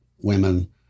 women